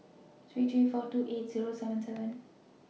three three four two eight Zero seven seven